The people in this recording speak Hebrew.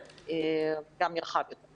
גם נרחב יותר.